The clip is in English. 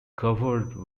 covered